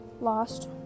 lost